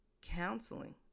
counseling